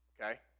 okay